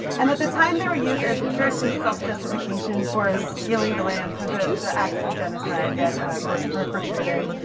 and at the time they were used as puritan self-justification for stealing the land, for the the acts of genocide that were perpetrated,